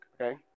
okay